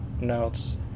notes